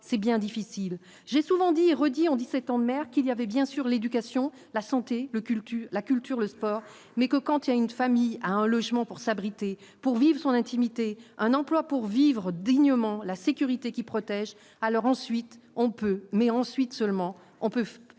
c'est bien difficile, j'ai souvent dit et redit en 17 ans maire qu'il y avait bien sur l'éducation, la santé, le culture la culture, le sport, mais que quand il y a une famille à un logement pour s'abriter pour vivre son intimité un emploi pour vivre dignement la sécurité qui protège alors ensuite on peut, mais ensuite seulement, on peut faire